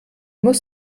muss